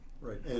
Right